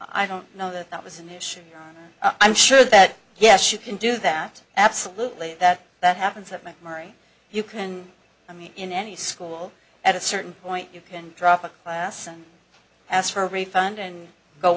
i don't know that that was an issue i'm sure that yes you can do that absolutely that that happens that memory you can i mean in any school at a certain point you can drop a class and ask for a refund and go